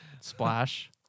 Splash